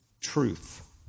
truth